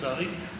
לצערי,